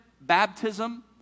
baptism